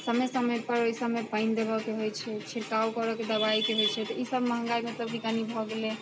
समय समय पर ओहि सबमे पानि देब के होइत छै छिड़काव करैके दवाइके होइत छै तऽ ई सब महँगाइ मतलब कनी भऽ गेलै